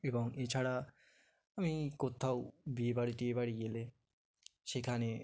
এবং এছাড়া আমি কোথাও বিয়েবাড়ি টিয়েবাড়ি গেলে সেখানে